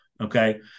Okay